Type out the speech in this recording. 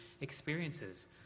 experiences